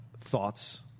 thoughts